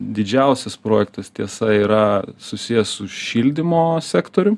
didžiausias projektas tiesa yra susijęs su šildymo sektorium